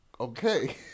Okay